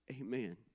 amen